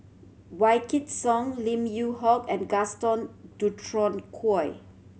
Wykidd Song Lim Yew Hock and Gaston Dutronquoy